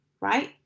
right